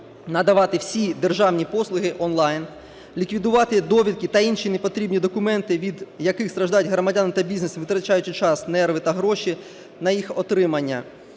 надавати всі державні послуги онлайн, ліквідувати довідки та інші непотрібні документи, від яких страждають громадяни та бізнес, витрачаючи час, нерви та гроші на їх отримання,